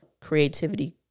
creativity